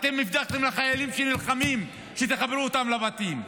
אתם הבטחתם לחיילים שנלחמים שתחברו אותם לבתים.